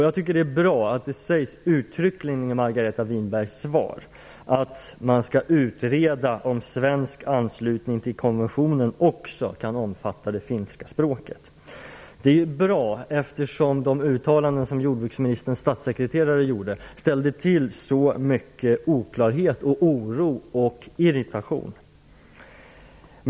Jag tycker det är bra att det i Margareta Winbergs svar uttryckligen sägs att man skall utreda om svensk anslutning till konventionen också kan omfatta det finska språket. Det är bra, eftersom de uttalanden som jordbruksministerns statssekreterare gjorde ställde till så mycket oklarhet, oro och irritation.